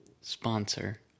sponsor